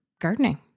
gardening